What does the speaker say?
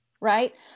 right